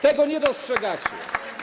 Tego nie dostrzegacie.